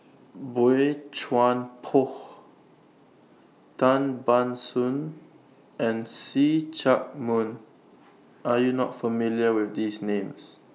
Boey Chuan Poh Tan Ban Soon and See Chak Mun Are YOU not familiar with These Names